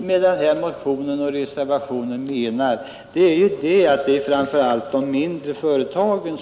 Med motionen och reservationen har vi avsett att åstadkomma en hjälp för framför allt de mindre företagen.